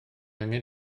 angen